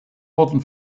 wurden